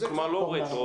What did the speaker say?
כלומר, לא רטרו.